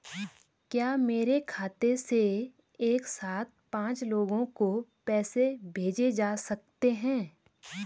क्या मेरे खाते से एक साथ पांच लोगों को पैसे भेजे जा सकते हैं?